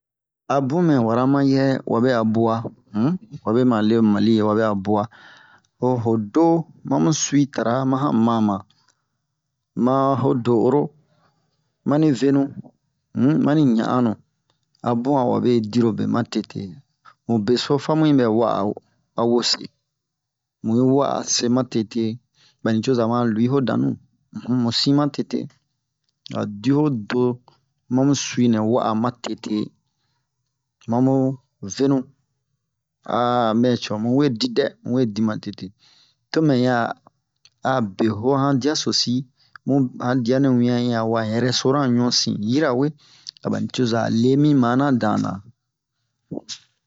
A bun lɛ wara ma yɛ wabe a bwa um mabe ma le mali wabe a bwa o ho do ma mu suitra ma han mama ma ho do'oro ma ni vemu um mani ɲa'anu a bun a wabe dirobe ma tete mu beso fa mu yibɛ wa'a a wese mu yi wa'a se ma tete bani coza ma lui ho danu um mu sin ma tete a di ho do ma mu su'i nɛ wa'a ma tete ma mu venu mɛ co mu we di dɛ mu we di ma tete to me ya a be han diaso si mu han dia wian wa rɛsoran ɲusin yirawe a bani coza lemi mana dana